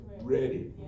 ready